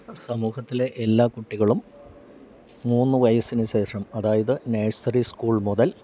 സമൂഹത്തിലെ എല്ലാ കുട്ടികളും മൂന്ന് വയസ്സിന് ശേഷം അതായത് നേഴ്സറി സ്കൂൾ മുതൽ